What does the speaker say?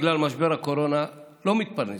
בגלל משבר הקורונה, לא מתפרנסים,